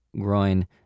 groin